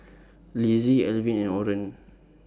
Lizzie Elvin and Orren